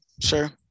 Sure